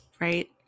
right